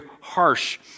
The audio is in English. harsh